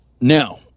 Now